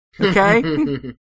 okay